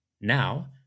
Now